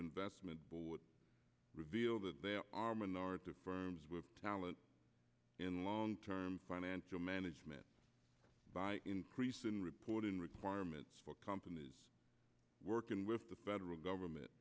vestment revealed that there are minority firms with talent in long term financial management by increasing reporting requirements for companies working with the federal government